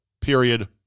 period